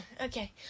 Okay